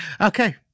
Okay